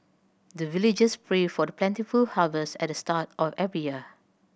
the villagers pray for the plentiful harvest at the start of every year